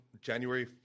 January